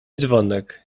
dzwonek